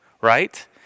right